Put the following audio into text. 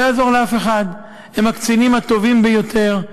לא יעזור לאף אחד, הם הקצינים הטובים ביותר.